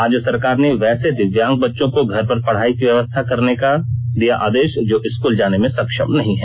राज्य सरकार ने वैसे दिव्यांग बच्चों को घर पर पढ़ाई की व्यवस्था कराने का आदेश दिया है जो स्कूल जाने में सक्षम नहीं है